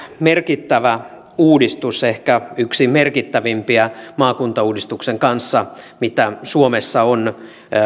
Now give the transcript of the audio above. merkittävä uudistus ehkä yksi merkittävimpiä maakuntauudistuksen kanssa mitä suomessa on